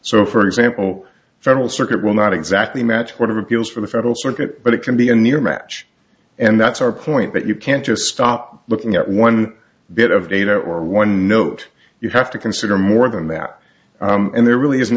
so for example the federal circuit will not exactly match court of appeals for the federal circuit but it can be a near match and that's our point but you can't just stop looking at one bit of data or one note you have to consider more than that and there really isn't